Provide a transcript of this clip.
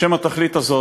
בשם התכלית הזאת,